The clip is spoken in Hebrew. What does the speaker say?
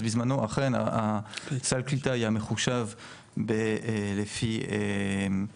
אז בשמנו אכן סל הקליטה היה מחושב לפי מדרגות.